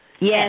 Yes